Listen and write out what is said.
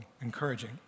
encouraging